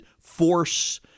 force